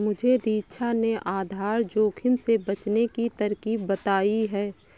मुझे दीक्षा ने आधार जोखिम से बचने की तरकीब बताई है